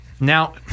Now